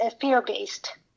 fear-based